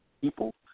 people